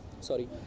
sorry